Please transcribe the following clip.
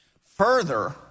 Further